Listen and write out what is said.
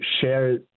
share